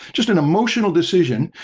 just an emotional decision.